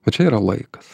va čia yra laikas